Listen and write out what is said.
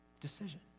decision